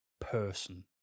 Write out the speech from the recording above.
person